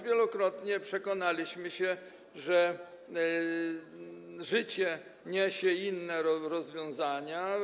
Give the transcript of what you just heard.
Wielokrotnie już przekonaliśmy się, że życie niesie inne rozwiązania.